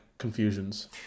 confusions